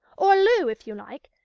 or lou, if you like,